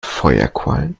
feuerquallen